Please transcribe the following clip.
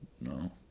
no